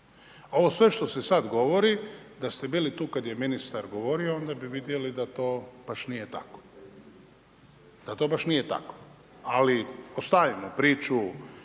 Ovo sve što se sada govori, da ste bili tu kada je ministar govorio, onda bi vidjeli da to baš nije tako. Da to baš nije tako. Ali ostavimo priču